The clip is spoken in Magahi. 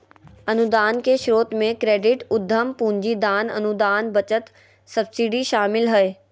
अनुदान के स्रोत मे क्रेडिट, उधम पूंजी, दान, अनुदान, बचत, सब्सिडी शामिल हय